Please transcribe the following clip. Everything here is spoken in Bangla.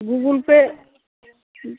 Google Pay hmm